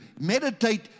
Meditate